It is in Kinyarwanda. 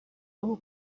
abo